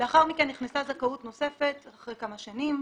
לאחר מכן נכנסה זכאות נוספת אחרי כמה שנים,